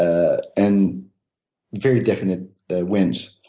ah and very definite wins.